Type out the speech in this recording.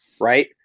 Right